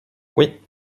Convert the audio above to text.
oui